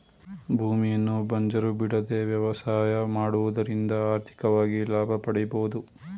ಭೂಮಿಯನ್ನು ಬಂಜರು ಬಿಡದೆ ವ್ಯವಸಾಯ ಮಾಡುವುದರಿಂದ ಆರ್ಥಿಕವಾಗಿ ಲಾಭ ಪಡೆಯಬೋದು